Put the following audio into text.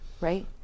right